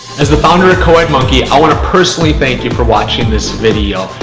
as the founder of coed monkey, i want to personally thank you for watching this video.